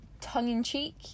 tongue-in-cheek